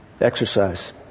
Exercise